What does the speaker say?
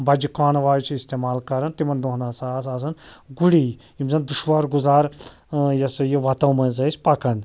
بَجہٕ کانواے چھِ اِستعمال کران تِمَن دۄہن ہَسا آسہٕ آسان گُری یِم زَن دُشوار گُزار یہِ ہَسا یہِ وَتَو مَنٛز ٲسۍ پَکان